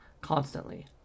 constantly